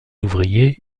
ouvriers